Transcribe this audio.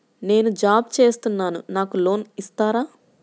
నేను జాబ్ చేస్తున్నాను నాకు లోన్ ఇస్తారా?